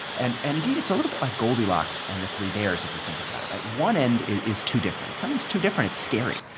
and and, indeed, it's a little bit like goldilocks and the three bears if you think about it, right? one end is too different. if something's too different, it's scary.